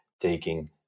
taking